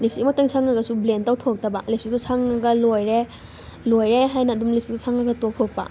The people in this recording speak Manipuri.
ꯂꯤꯞ ꯏꯁꯇꯤꯛ ꯃꯛꯇꯪ ꯁꯪꯉꯒꯁꯨ ꯕ꯭ꯂꯦꯟ ꯇꯧꯊꯣꯛꯇꯕ ꯂꯤꯞ ꯏꯁꯇꯤꯛꯇꯣ ꯁꯪꯉꯒ ꯂꯣꯏꯔꯦ ꯂꯣꯏꯔꯦ ꯍꯥꯏꯅ ꯑꯗꯨꯝ ꯂꯤꯞ ꯏꯁꯇꯤꯛꯇꯨ ꯁꯪꯉꯒ ꯇꯣꯛꯊꯣꯛꯄ